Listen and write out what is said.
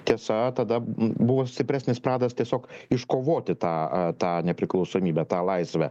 tiesa tada buvo stipresnis pradas tiesiog iškovoti tą tą nepriklausomybę tą laisvę